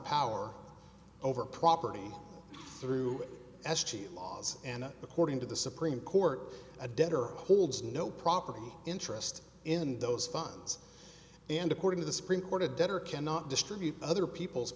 power over property through s two laws and according to the supreme court a debtor holds no property interest in those funds and according to the supreme court a debtor cannot distribute other people's